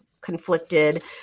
conflicted